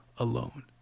alone